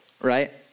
Right